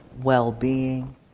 well-being